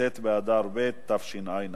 ט' באדר ב' התשע"א,